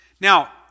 Now